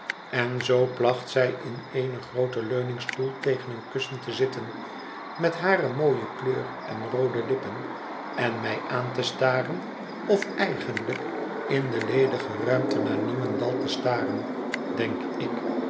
en zoo placht zij in een grooten leuningstoel tegen een kussen te zitten met hare mooie kleur en roode lippen en mij aan te staren of eigenlijk in de ledige ruimte naar niemendal te staren denk ik